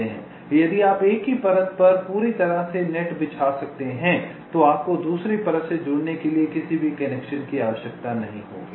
यदि आप एक ही परत पर पूरी तरह से जाल बिछा सकते हैं तो आपको दूसरी परत से जुड़ने के लिए किसी भी कनेक्शन की आवश्यकता नहीं होगी